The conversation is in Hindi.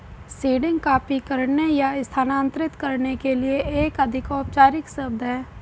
सीडिंग कॉपी करने या स्थानांतरित करने के लिए एक अधिक औपचारिक शब्द है